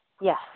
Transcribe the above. yes